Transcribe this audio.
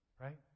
right